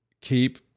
keep